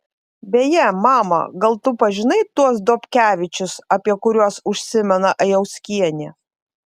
beje mama gal tu pažinai tuos dobkevičius apie kuriuos užsimena ajauskienė